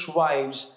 wives